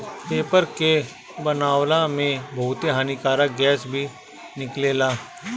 paper के बनावला में बहुते हानिकारक गैस भी निकलेला